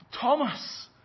Thomas